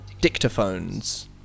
dictaphones